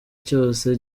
cyose